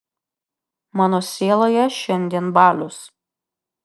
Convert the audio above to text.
mano sieloje šiandien balius